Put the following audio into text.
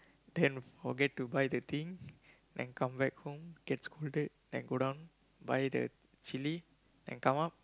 then forget to buy the thing then come back home get scolded then go down buy the chilli then come up